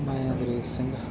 ਮੈਂ ਅੰਗਰੇਜ਼ ਸਿੰਘ